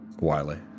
Wiley